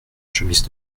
chemise